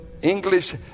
English